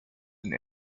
and